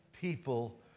people